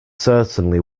certainly